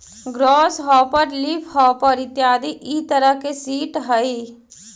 grass hopper leafhopper इत्यादि इ तरह के सीट हइ